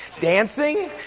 Dancing